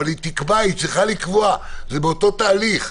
אבל היא תקבע, היא צריכה לקבוע, זה באותו תהליך.